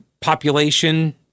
population